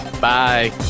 Bye